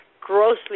grossly